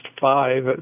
five